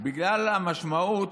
בגלל המשמעות,